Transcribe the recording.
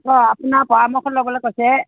অঁ আপোনাৰ পৰামৰ্শ ল'বলৈ কৈছে